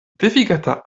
devigita